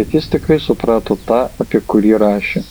bet jis tikrai suprato tą apie kurį rašė